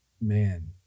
Man